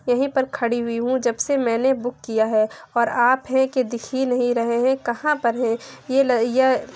یہیں پر کھڑی ہوئی ہوں جب سے میں نے بک کیا ہے اور آپ ہیں کہ دکھ ہی نہیں رہے ہیں کہاں پر ہیں یہ